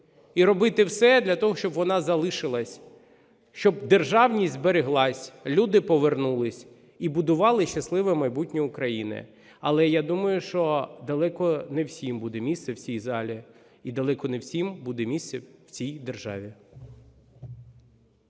і робити все для того, щоб вона залишилась. Щоб державність збереглась, люди повернулись і будували щасливе майбутнє України. Але, я думаю, що далеко не всім буде місце в цій залі і далеко не всім буде місце в цій державі.